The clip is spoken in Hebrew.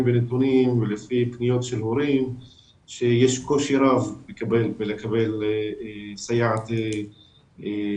מנתונים ומפניות של הורים אנחנו רואים שיש קושי רב בקבלת סייעת לילד